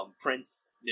Prince